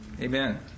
Amen